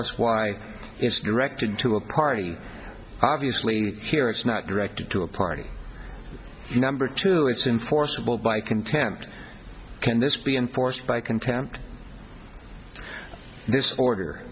us why it's directed to a party obviously it's not directed to a party number two it's in forcible by contempt can this be enforced by contempt this order